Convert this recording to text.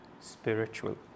spiritual